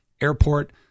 airport